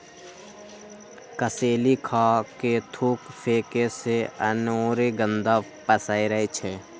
कसेलि खा कऽ थूक फेके से अनेरो गंदा पसरै छै